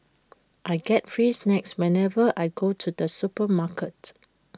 I get free snacks whenever I go to the supermarket